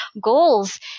goals